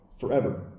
forever